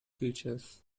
features